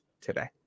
today